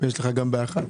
לכן יש לי מצב רוח.